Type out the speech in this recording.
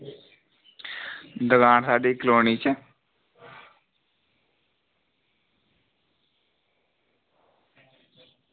दकान साढ़ी कॉलोनी च